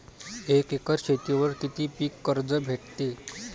एक एकर शेतीवर किती पीक कर्ज भेटते?